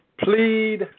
plead